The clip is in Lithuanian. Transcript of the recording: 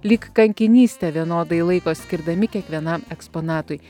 lyg kankinystę vienodai laiko skirdami kiekvienam eksponatui